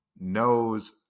knows –